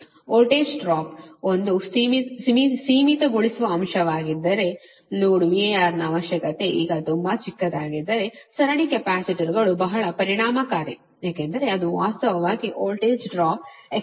voltage drop ಒಂದು ಸೀಮಿತಗೊಳಿಸುವ ಅಂಶವಾಗಿದ್ದರೆ ಲೋಡ್ VAR ಅವಶ್ಯಕತೆ ಈಗ ತುಂಬಾ ಚಿಕ್ಕದಾಗಿದ್ದರೆ ಸರಣಿ ಕೆಪಾಸಿಟರ್ಗಳು ಬಹಳ ಪರಿಣಾಮಕಾರಿ ಏಕೆಂದರೆ ಅದು ವಾಸ್ತವವಾಗಿ ವೋಲ್ಟೇಜ್ ಡ್ರಾಪ್ XL XC ಅನ್ನು ಕಡಿಮೆ ಮಾಡುತ್ತದೆ